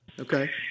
Okay